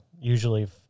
usually